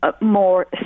more